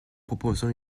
proposons